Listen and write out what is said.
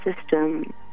system